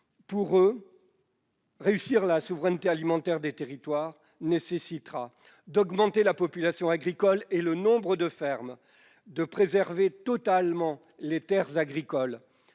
réussir la souveraineté alimentaire des territoires nécessitera d'augmenter la population agricole et le nombre de fermes, de préserver totalement les terres agricoles,